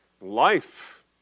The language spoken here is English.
life